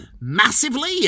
massively